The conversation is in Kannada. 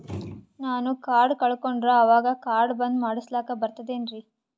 ನಾನು ಕಾರ್ಡ್ ಕಳಕೊಂಡರ ಅವಾಗ ಕಾರ್ಡ್ ಬಂದ್ ಮಾಡಸ್ಲಾಕ ಬರ್ತದೇನ್ರಿ?